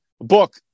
book